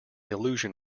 illusion